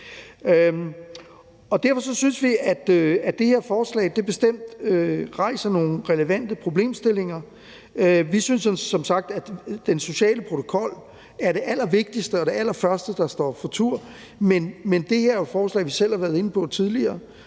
Derfor synes vi, at det her forslag bestemt rejser nogle relevante problemstillinger. Vi synes som sagt, at den sociale protokol er det allervigtigste og det allerførste, der står for tur, men det her forslag, vi selv har været inde på tidligere,